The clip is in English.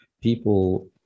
people